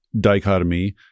dichotomy